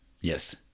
Yes